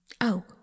Oh